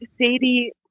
Sadie